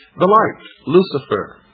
the light, lucifer,